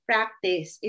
Practice